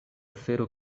fero